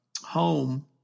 home